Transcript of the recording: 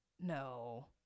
No